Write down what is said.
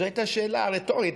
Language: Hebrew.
זו הייתה שאלה רטורית,